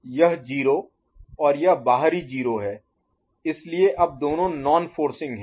यह 0 और यह बाहरी 0 है इसलिए दोनों अब नॉन फोर्सिंग हैं